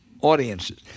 audiences